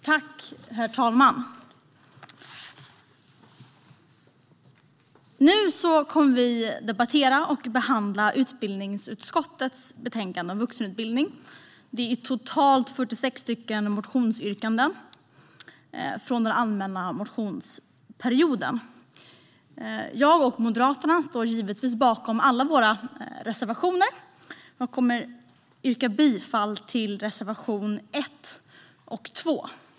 Herr talman! Nu ska vi debattera och behandla utbildningsutskottets betänkande om vuxenutbildning. Det är totalt 46 motionsyrkanden från allmänna motionstiden. Jag och Moderaterna står givetvis bakom alla våra reservationer, men jag yrkar bifall bara till reservationerna 1 och 2.